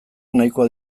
nahikoa